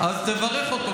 תברך אותו.